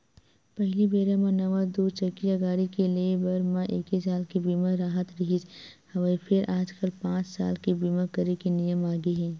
पहिली बेरा म नवा दू चकिया गाड़ी के ले बर म एके साल के बीमा राहत रिहिस हवय फेर आजकल पाँच साल के बीमा करे के नियम आगे हे